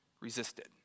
resisted